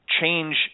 change